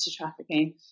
trafficking